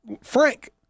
Frank